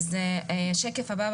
השקף הבא,